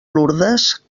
lourdes